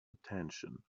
attention